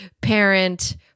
parent